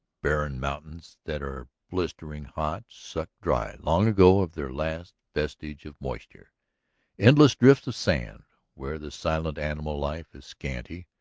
barren mountains that are blistering hot, sucked dry long ago of their last vestige of moisture endless drifts of sand where the silent animal life is scanty,